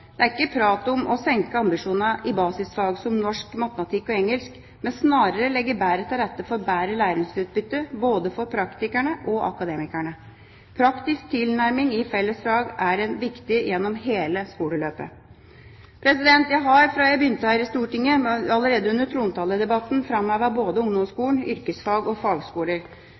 Det er ikke snakk om å senke ambisjonene i basisfag som norsk, matematikk og engelsk, men snarere å legge bedre til rette for bedre læringsutbytte både for praktikerne og akademikerne. Praktisk tilnærming i fellesfagene er viktig gjennom hele skoleløpet. Jeg har fra jeg begynte her i Stortinget – allerede under trontaledebatten – framhevet både ungdomsskolen, yrkesfag og fagskoler.